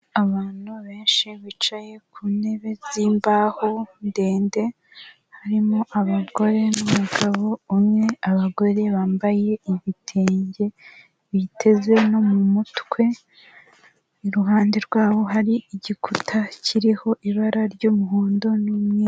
Abantu benshi bicaye ku ntebe z'imbaho ndende harimo abagore n'umugabo umwe abagore bambaye ibitenge biteze no mu mutwe ,iruhande rwabo hari igikuta kiriho ibara ry'umuhondo n'umweru.